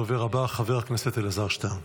הדובר הבא, חבר הכנסת אלעזר שטרן.